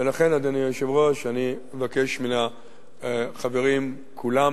ולכן, אדוני היושב-ראש, אני מבקש מהחברים כולם